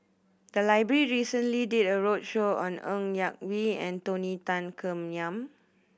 The library recently did a roadshow on Ng Yak Whee and Tony Tan Keng Yam